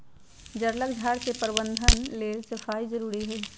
जङगल झार के प्रबंधन लेल सफाई जारुरी हइ